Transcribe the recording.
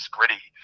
Gritty